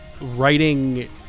writing